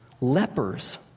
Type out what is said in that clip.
lepers